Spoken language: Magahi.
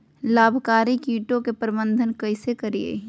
लाभकारी कीटों के प्रबंधन कैसे करीये?